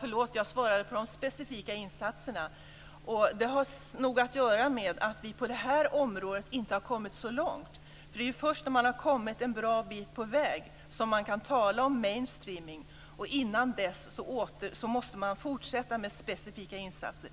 Förlåt, jag svarade på frågan om de specifika insatserna. Det har nog att göra med att vi inte har kommit så långt på det här området, för det är ju först när man har kommit en bra bit på väg som man kan tala om mainstreaming. Innan dess måste man fortsätta med specifika insatser.